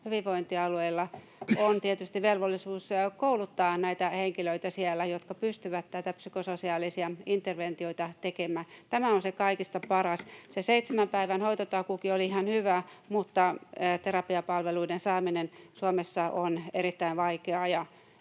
hyvinvointialueilla on tietysti velvollisuus kouluttaa siellä näitä henkilöitä, jotka pystyvät näitä psykososiaalisia interventioita tekemään. Tämä on se kaikista paras. Se seitsemän päivän hoitotakuukin oli ihan hyvä, mutta terapiapalveluiden saaminen Suomessa on erittäin vaikeaa,